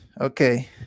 okay